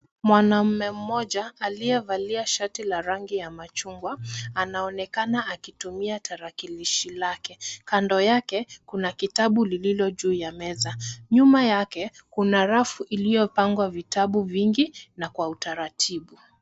Mwanamume mmoja aliyevalia shati la rangi ya machungwa anaonekana akutumia tarakilishi lake kando yake kuna kitabu lililo juu ya meza nyuma yake kuna rafu iliyopangwa vitabu vingi na kwa utaratibu